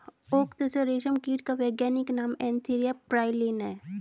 okay तसर रेशम कीट का वैज्ञानिक नाम एन्थीरिया प्राइलीन है